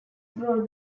brought